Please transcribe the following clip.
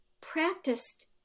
practiced